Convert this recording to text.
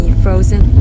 frozen